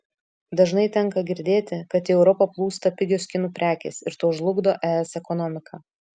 dažnai tenka girdėti kad į europą plūsta pigios kinų prekės ir tuo žlugdo es ekonomiką